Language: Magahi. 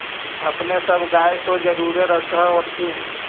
अपने सब गाय तो जरुरे रख होत्थिन?